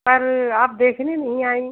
और आप देखने नहीं आई